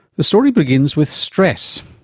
the story begins with stress,